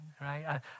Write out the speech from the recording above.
right